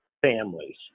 families